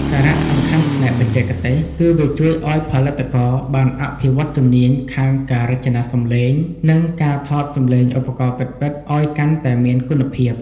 សារៈសំខាន់ផ្នែកបច្ចេកទេសគឺវាជួយឱ្យផលិតករបានអភិវឌ្ឍជំនាញខាង ការរចនាសំឡេង និងការថតសំឡេងឧបករណ៍ពិតៗឱ្យកាន់តែមានគុណភាព។